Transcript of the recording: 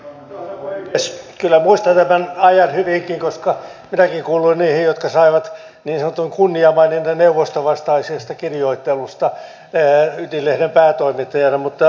kyllä muistan tämän ajan hyvinkin koska minäkin kuuluin niihin jotka saivat niin sanotun kunniamaininnan neuvostovastaisesta kirjoittelusta ydin lehden päätoimittajana mutta se siitä